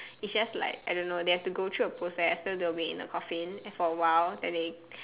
it's just like I don't know they have to go through a process so they'll be in a coffin and for a while then they